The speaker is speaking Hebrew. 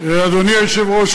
אדוני היושב-ראש,